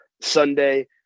Sunday